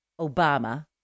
Obama